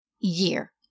year